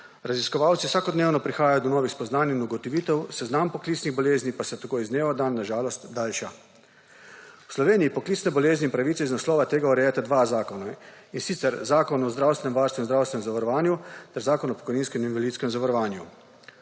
Raziskovalci vsakodnevno prihajajo do novih spoznanj in ugotovitev, seznam poklicnih bolezni pa se tako iz dneva v dan na žalost daljša. V Sloveniji poklicne bolezni in pravice iz naslova tega urejata dva zakona, in sicer Zakon o zdravstvenem varstvu in zdravstvenem zavarovanju ter Zakon o pokojninskem in invalidskem zavarovanju.